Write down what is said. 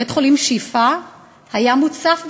בית-החולים "שיפא" היה מוצף במחבלים.